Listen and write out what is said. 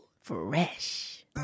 Fresh